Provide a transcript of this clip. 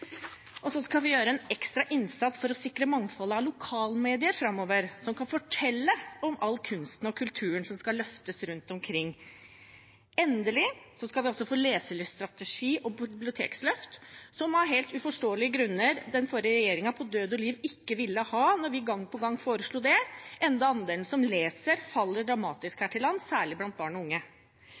Og vi skal gjøre en ekstra innsats for å sikre mangfold av lokalmedier framover, som kan fortelle om all kunsten og kulturen som skal løftes rundt omkring. Endelig skal vi også få en leselyststrategi og et bibliotekløft, som den forrige regjeringen av helt uforståelige grunner på død og liv ikke ville ha når vi gang på gang foreslo det – enda andelen som leser, faller dramatisk her til lands, særlig blant barn og unge.